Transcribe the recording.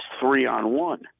three-on-one